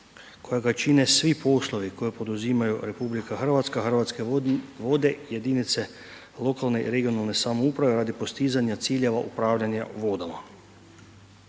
kojega čine svi poslovi koje poduzimaju RH, Hrvatske vode, jedinice lokalne i regionalne samouprave radi postizanja ciljeva upravljanja vodama.